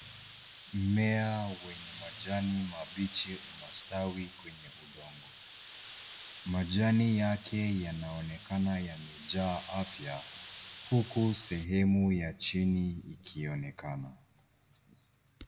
Mmea wenye majani mabichi unastawi kwenye udongo. Majani yake yanaonekana yamejaa afya. Huku sehemu ya chini ikionekana.